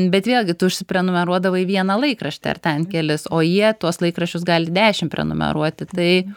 bet vėlgi tu užsiprenumeruodavai vieną laikraštį ar ten kelis o jie tuos laikraščius gali dešim prenumeruoti tai